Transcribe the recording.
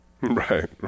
Right